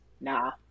Nah